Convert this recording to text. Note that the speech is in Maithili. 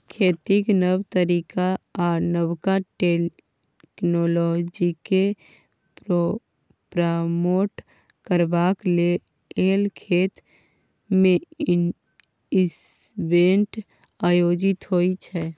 खेतीक नब तरीका आ नबका टेक्नोलॉजीकेँ प्रमोट करबाक लेल खेत मे इवेंट आयोजित होइ छै